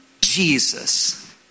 Jesus